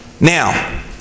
Now